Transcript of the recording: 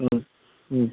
হুম হুম